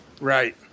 Right